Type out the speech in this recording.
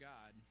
God